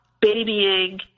babying